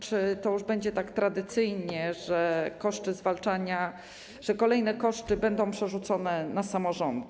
Czy to już będzie tak tradycyjnie, że koszty zwalczania, kolejne koszty będą przerzucane na samorządy?